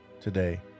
today